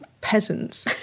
peasants